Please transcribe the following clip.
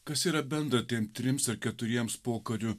kas yra bendra tiem trims ar keturiems pokariu